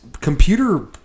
computer